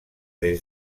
des